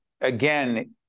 Again